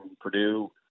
Purdue